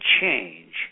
change